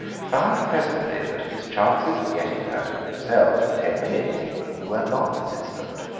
found presently that his chances of getting her to himself for ten minutes even were non-existent.